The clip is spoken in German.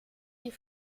die